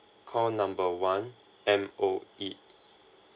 call number one M_O_E